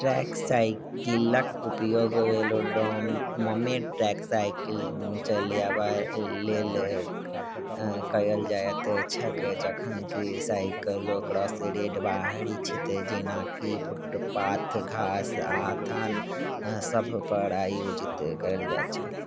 track साइकिलक उपयोग वेलोड्रोममे ट्रैक साइकिल चलयबा लेल कयल जाइत छैक जखन कि साइकल क्रॉस रेड बाहरी क्षेत्र जेनाकि फुटपाथ घास आ थाल सभपर आयोजित कयल जाइत छैक